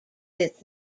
its